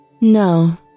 No